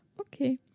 Okay